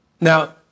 Now